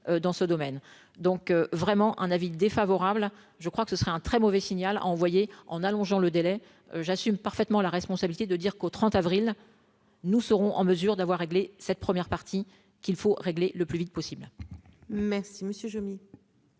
dans ce domaine, donc vraiment un avis défavorable je crois que ce serait un très mauvais signal envoyé en allongeant le délai, j'assume parfaitement la responsabilité de dire qu'au 30 avril nous serons en mesure d'avoir réglé cette première partie, qu'il faut régler le plus vite possible. Merci Monsieur.